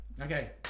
okay